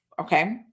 Okay